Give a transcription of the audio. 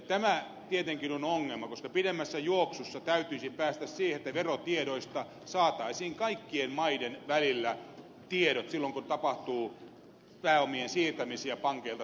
tämä tietenkin on ongelma koska pidemmässä juoksussa täytyisi päästä siihen että verotiedot saataisiin kaikkien maiden välillä silloin kun tapahtuu pääomien siirtämisiä pankilta toiselle